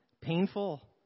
Painful